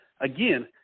again